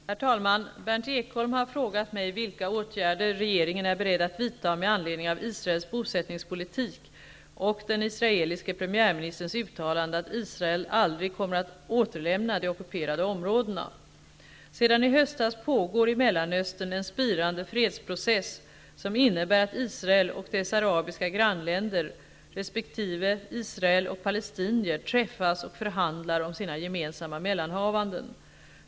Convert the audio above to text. Herr talman! Berndt Ekholm har frågat mig vilka åtgärder regeringen är beredd att vidta med anledning av Israels bosättningspolitik och den israeliske premiärministerns uttalande att Israel aldrig kommer att återlämna de ockuperade områdena. Sedan i höstas pågår i Mellanöstern en spirande fredsprocess, som innebär att Israel och dess arabiska grannländer resp. israeler och palestinier träffas och förhandlar om sina gemensamma mellanhavanden.